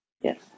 yes